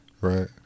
Right